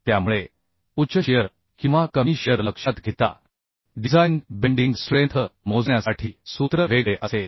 त्यामुळे उच्च शिअर किंवा कमी शिअर लक्षात घेता डिझाइन बेंडिंग स्ट्रेंथ मोजण्यासाठी सूत्र वेगळे असेल